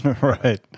Right